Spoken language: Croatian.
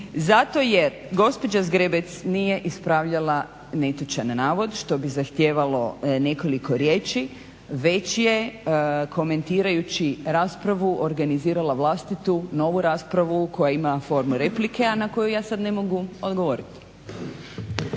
Zato jer gospođa Zgrebec nije ispravljala netočan navod što bi zahtijevalo nekoliko riječi već je komentirajući raspravu organizirala vlastitu novu raspravu koja ima formu replike, a na koju ja sad ne mogu odgovoriti.